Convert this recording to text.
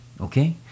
okay